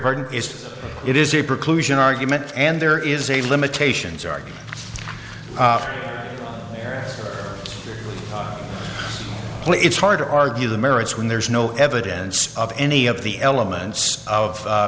pardon is it is a preclusion argument and there is a limitations argument there it's hard to argue the merits when there is no evidence of any of the elements of